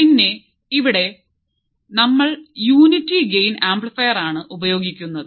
പിന്നെ ഇവിടെ നമ്മൾ യൂണിറ്റി ഗെയ്ൻ ആംപ്ലിഫയർ ആണ് ഉപയോഗിക്കുന്നത്